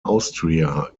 austria